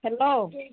hello